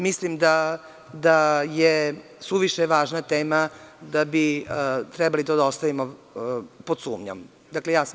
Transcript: Mislim da je suviše važna tema da bi trebali to da ostavimo pod sumnjom.